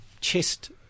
chest